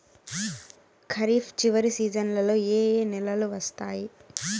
ఖరీఫ్ చివరి సీజన్లలో ఏ ఏ నెలలు వస్తాయి